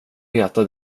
veta